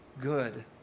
good